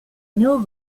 néo